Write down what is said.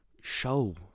show